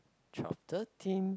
twelve thirteen